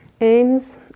aims